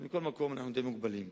אבל מכל מקום אנחנו די מוגבלים.